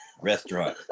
Restaurant